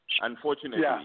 unfortunately